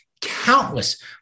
Countless